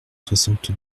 soixante